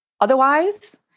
Otherwise